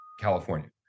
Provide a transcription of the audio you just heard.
California